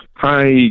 Hi